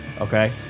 Okay